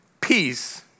Peace